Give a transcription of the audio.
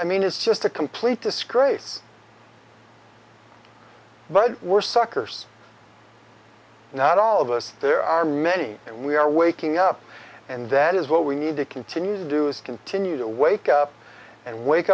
i mean it's just a complete disgrace but we're suckers not all of us there are many and we are waking up and that is what we need to continue to do is continue to wake up and wake